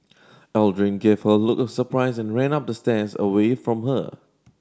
Aldrin gave her a look of surprise and ran up the stairs away from her